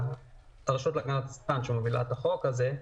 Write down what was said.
הרשות להגנת הצרכן שמובילה את החוק הזה.